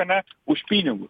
ane už pinigus